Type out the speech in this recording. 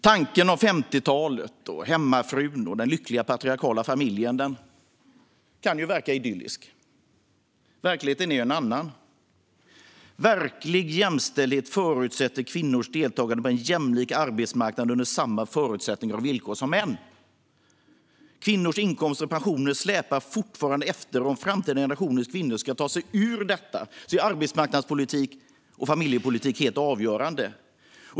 Tanken om 50-talet, hemmafrun och den lyckliga patriarkala familjen kan ju verka idyllisk. Men verkligheten är en annan. Verklig jämställdhet förutsätter kvinnors deltagande på en jämlik arbetsmarknad under samma förutsättningar och villkor som för män. Kvinnors inkomster och pensioner släpar fortfarande efter, och om framtida generationers kvinnor ska ta sig ur detta är arbetsmarknadspolitik och familjepolitik helt avgörande.